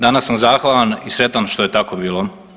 Danas sam zahvalan i sretan što je tako bilo.